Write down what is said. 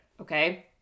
Okay